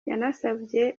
yanasabye